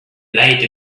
light